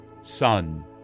Son